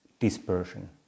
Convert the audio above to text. dispersion